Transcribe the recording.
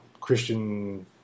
Christian